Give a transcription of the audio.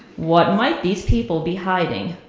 what might these people be hiding?